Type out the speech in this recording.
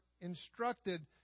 instructed